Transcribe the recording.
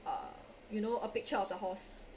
uh you know a picture of the horse